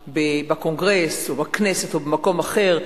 בקונגרס או בכנסת או במקום אחר,